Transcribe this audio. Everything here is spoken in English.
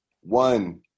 one